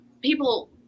people